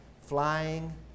flying